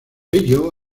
ello